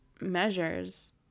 measures